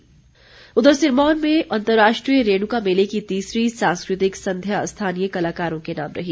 रेणुका मेला उधर सिरमौर में अंतर्राष्ट्रीय रेणुका मेले की तीसरी सांस्कृतिक संध्या स्थानीय कलाकारों के नाम रही